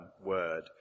word